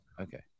Okay